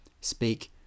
speak